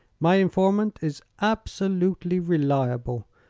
my informant is absolutely reliable.